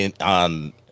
on